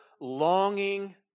longing